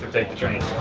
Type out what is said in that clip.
take the train.